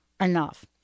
enough